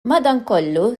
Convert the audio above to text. madankollu